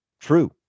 True